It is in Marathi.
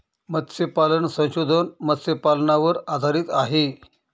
मत्स्यपालन संशोधन मत्स्यपालनावर आधारित आहे